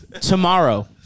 Tomorrow